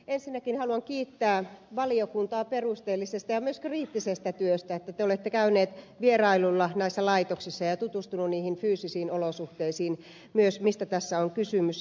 ensinnäkin haluan kiittää valiokuntaa perusteellisesta ja myös kriittisestä työstä kun te olette käyneet vierailulla näissä laitoksissa ja tutustuneet myös niihin fyysisiin olosuhteisiin mistä tässä on kysymys